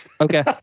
Okay